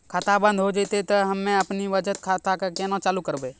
खाता बंद हो जैतै तऽ हम्मे आपनौ बचत खाता कऽ केना चालू करवै?